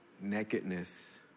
Nakedness